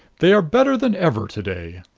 they are better than ever to-day.